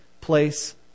place